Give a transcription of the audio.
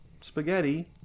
spaghetti